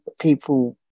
people